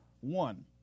One